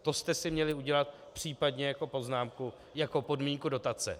To jste si měli udělat případně jako poznámku, jako podmínku dotace.